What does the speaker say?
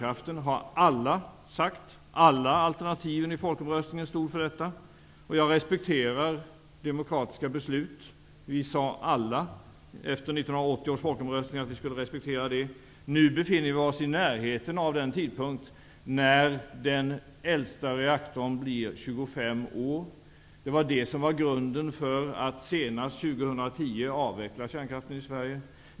Alla alternativ i folkomröstningen stod bakom en avveckling av kärnkraften. Jag respekterar demokratiska beslut. Vi sade alla efter 1980 års folkomröstning att vi skulle respektera den. Nu befinner vi oss i närheten av den tidpunkt då den äldsta reaktorn blir 25 år. Det var det som var grunden för att vi senast år 2010 skulle avveckla kärnkraften i Sverige.